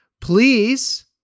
please